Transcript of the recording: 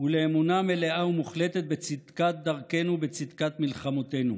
ולאמונה מלאה ומוחלטת בצדקת דרכנו ובצדקת מלחמותינו.